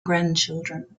grandchildren